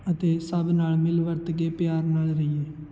ਅਤੇ ਸਭ ਨਾਲ ਮਿਲ ਵਰਤ ਕੇ ਪਿਆਰ ਨਾਲ ਰਹੀਏ